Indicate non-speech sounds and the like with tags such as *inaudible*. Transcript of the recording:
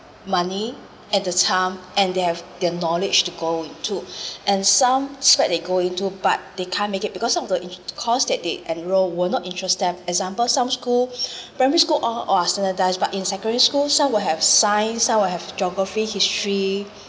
money at the time and they have the knowledge to go into *breath* and some straight they go into but they can't make it because some of the in course that they enrolled were not interested example some school *breath* primary school all all are standardised but in secondary school some will have science some will have geography history